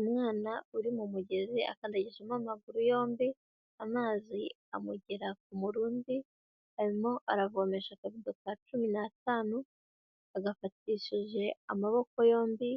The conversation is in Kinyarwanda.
Umwana uri mu mugezi akandagijejemo amaguru yombi amazi amugera ku murundi, arimo aravomesha akabido ka cumi n'atanu agafatishije amaboko yombi